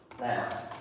Now